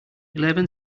eleven